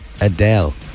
Adele